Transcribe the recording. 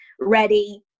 ready